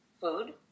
food